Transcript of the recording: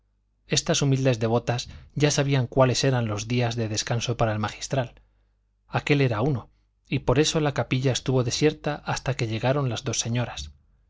estas humildes devotas ya sabían cuáles eran los días de descanso para el magistral aquel era uno y por eso la capilla estuvo desierta hasta que llegaron las dos señoras